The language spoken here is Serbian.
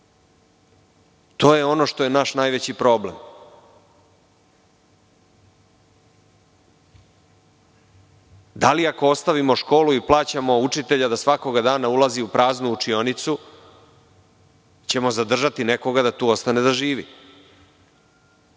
To je ono što je naš najveći problem. Da li, ako ostavimo školu i plaćamo učitelja da svakoga dana ulazi u praznu učionicu, ćemo zadržati nekoga da tu ostane da živi?